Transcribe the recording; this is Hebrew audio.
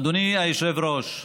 אדוני היושב-ראש,